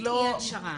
מדיניות אי הנשרה.